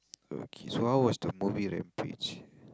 okay so how was the movie Rampage